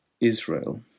Israel